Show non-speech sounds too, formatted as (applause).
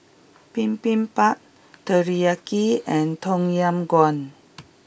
Bibimbap Teriyaki and Tom Yam Goong (noise)